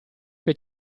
che